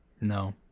No